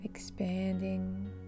expanding